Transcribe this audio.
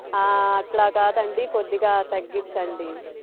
అట్లా కాదండి కొద్దిగా తగ్గించండి